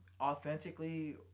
authentically